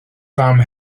fam